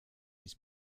his